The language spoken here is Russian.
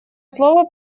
слово